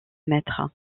mètre